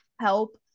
help